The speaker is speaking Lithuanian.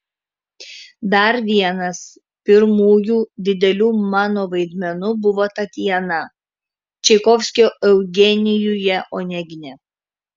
dar vienas pirmųjų didelių mano vaidmenų buvo tatjana čaikovskio eugenijuje onegine